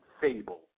fable